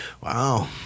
Wow